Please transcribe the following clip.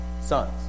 sons